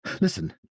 Listen